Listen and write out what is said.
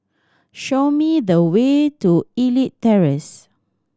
show me the way to Elite Terrace